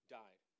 died